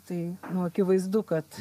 tai nu akivaizdu kad